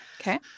Okay